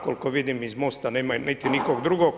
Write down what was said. Koliko vidim iz MOST-a nema niti nikog drugog.